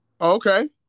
Okay